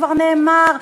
כבר נאמר,